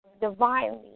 divinely